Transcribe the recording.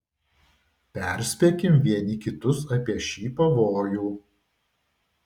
perspėkim vieni kitus apie šį pavojų